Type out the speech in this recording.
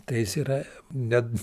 tai jis yra net